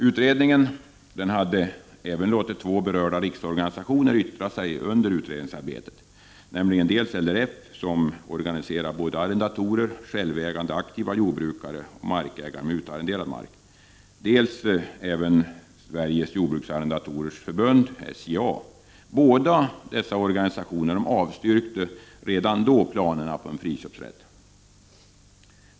Utredningen hade låtit två berörda riksorganisationer yttra sig under utredningsarbetet, nämligen dels LRF, som organiserar både arrendatorer, självägande aktiva jordbrukare och markägare med utarrenderad mark, dels Sveriges jordbruksarrendatorers förbund, SJA. Båda dessa organisationer avstyrkte redan då planerna på en friköpsrätt.